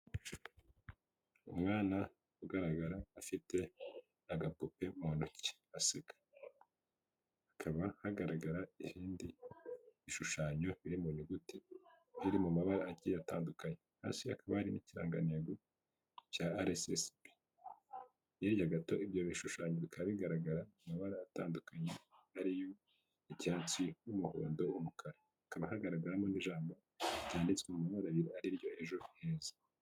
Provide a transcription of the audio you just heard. Umwana ugaragara afite agapupe mu ntoki aseka; hakaba hagaragara irindi bishushanyo biri mu nyuguti biri, mu mabara agiye atandukanye hasi ha akaba hari n'ikirangantego cya rssb hirya gato ibyo bishushanyo bikaba bigaragara amabara atandukanye ariyicyatsi n'umuhondo umukara hakaba hagaragaramo n'ijambo ryanditswe mu mabara abiri ariryo ejo ku munsi.